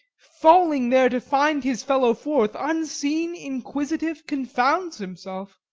falling there to find his fellow forth, unseen, inquisitive, confounds himself.